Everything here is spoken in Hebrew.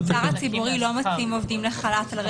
במגזר הציבורי לא מוציאים עובדים לחל"ת על רקע הנושא הזה.